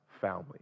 family